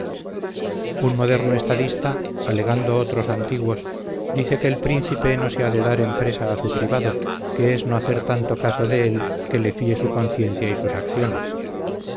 un moderno estadista alegando otros antiguos dice que el príncipe no se ha de dar en presa a su privado que es no hacer tanto caso de él que le fíe su conciencia y sus acciones